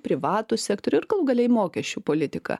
privatų sektorių ir galų gale į mokesčių politiką